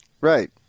Right